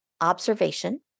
observation